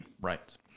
Right